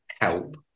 help